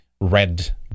red